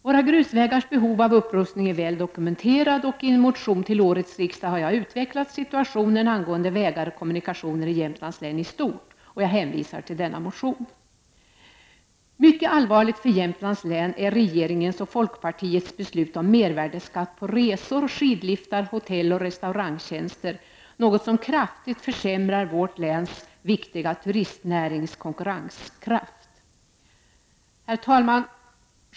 Våra grusvägars behov av upprustning är väl dokumenterat, och i en motion till årets riksdag har jag utvecklat situationen angående vägar och kommunikationer i Jämtlands län i stort. Jag hänvisar till denna motion. Mycket allvarligt för Jämtlands län är regeringens och folkpartiets beslut om mervärdeskatt på resor, skidliftar, hotelloch restaurangtjänster — något som kraftigt försämrar vårt läns viktiga turistnärings konkurrenskraft. Herr talman!